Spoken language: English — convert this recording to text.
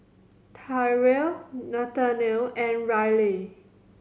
Tyrel Nathaniel and Ryleigh